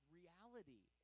reality